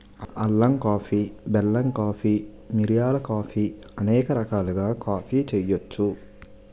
అల్లం కాఫీ బెల్లం కాఫీ మిరియాల కాఫీ అనేక రకాలుగా కాఫీ చేయొచ్చు